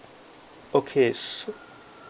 okay so